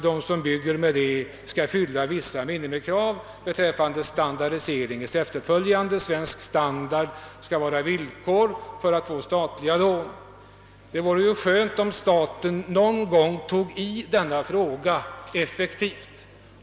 De som bygger med statliga lån måste uppfylla vissa minimikrav i fråga om standardisering; ett villkor för att man skall kunna få statliga lån är att man följer svensk standard.